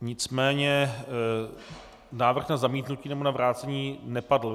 Nicméně návrh na zamítnutí nebo na vrácení nepadl.